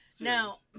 Now